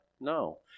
No